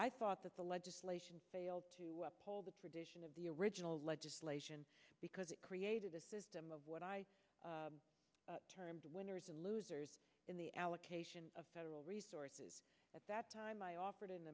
i thought that the legislation failed to uphold the tradition of the original legislation because it created a system of what i termed winners and losers in the allocation of federal resources at that time i offered